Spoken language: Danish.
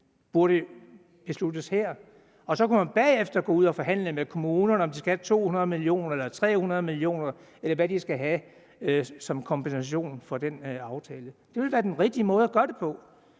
det med andre – og at vi så bagefter kunne gå ud og forhandle med kommunerne om, om de skal have 200 mio. kr. eller 300 mio. kr., eller hvad de skal have, som kompensation for den aftale. Det ville være den rigtige måde at gøre det på.